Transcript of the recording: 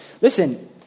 listen